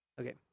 Okay